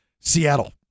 Seattle